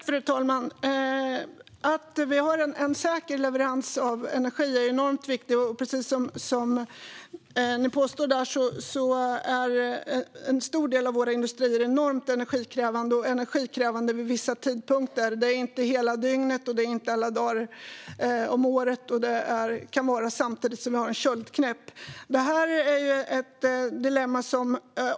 Fru talman! Att vi har en säker leverans av energi är enormt viktigt. Precis som Mattias Bäckström Johansson påstod är en stor del av våra industrier enormt energikrävande, och de är energikrävande vid vissa tidpunkter. Det är inte hela dygnet, och det är inte alla dagar om året. Det kan inträffa samtidigt som vi har en köldknäpp. Detta är ett dilemma.